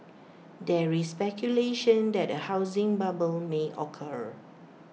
there is speculation that A housing bubble may occur